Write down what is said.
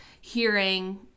hearing